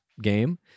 game